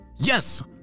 Yes